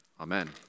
Amen